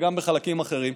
וגם בחלקים אחרים,